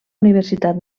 universitat